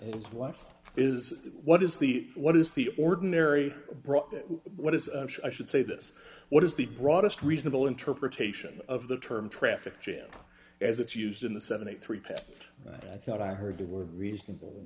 what's is what is the what is the ordinary what is i should say this what is the broadest reasonable interpretation of the term traffic jam as it's used in the seventy three page i thought i heard the word reasonable in